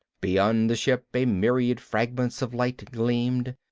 beyond the ship a myriad fragments of light gleamed,